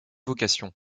vocations